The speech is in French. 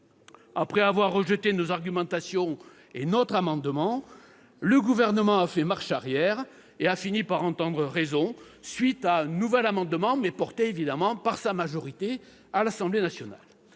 Après avoir rejeté nos argumentations et notre amendement, le Gouvernement a fait marche arrière et a fini par entendre raison, à la suite d'un amendement déposé bien évidemment par sa majorité à l'Assemblée nationale.